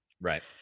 right